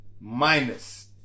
minus